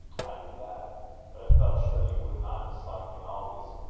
i knew that but i felt sure you would not dislike me always.